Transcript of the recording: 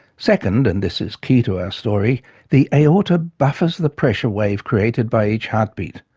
second and this is key to our story the aorta buffers the pressure wave created by each heartbeat.